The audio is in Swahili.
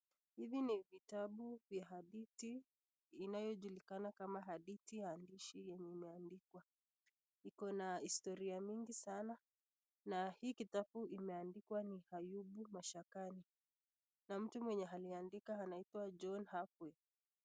Hivi ni vitabu nya hadithi inayo julikana kama hadithi andishi yenye imeandikwa. Iko na historia mingi sana na hii kitabu imeandikwa ni Ayubu mashakani na mtu mwenye aliandika anaitwa John Habway.